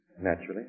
Naturally